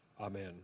Amen